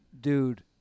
dude